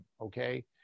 Okay